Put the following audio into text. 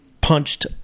punched